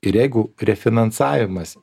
ir jeigu refinansavimas